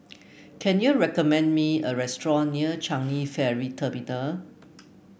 can you recommend me a restaurant near Changi Ferry Terminal